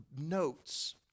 notes